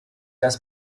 das